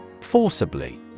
Forcibly